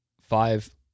five